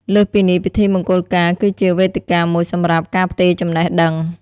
លើសពីនេះ ពិធីមង្គលការគឺជាវេទិកាមួយសម្រាប់ ការផ្ទេរចំណេះដឹង ។